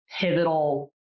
pivotal